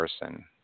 person